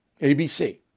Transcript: ABC